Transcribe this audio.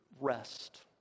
rest